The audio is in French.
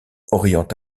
oriente